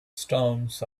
storms